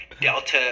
Delta